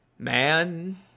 Man